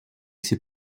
ses